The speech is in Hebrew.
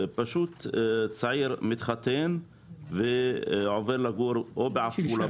שצעיר מתחתן ועובר לגור בעפולה,